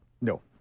no